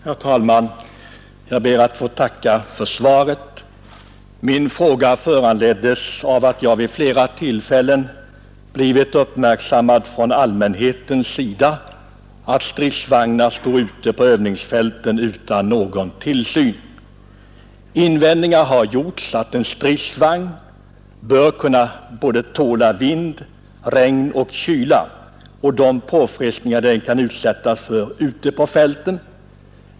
Herr talman! Jag ber att få tacka för svaret. Min fråga föranleddes av att jag vid flera tillfällen från allmänheten har gjorts uppmärksam på att stridsvagnar står ute på övningsfälten utan någon tillsyn. Det har sagts att en stridsvagn bör kunna tåla både vind, regn och kyla och de påfrestningar som den kan utsättas för ute på fälten.